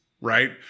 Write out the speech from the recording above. right